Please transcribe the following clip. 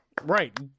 Right